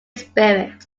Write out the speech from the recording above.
spirit